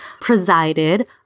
presided